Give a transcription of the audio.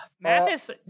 Mathis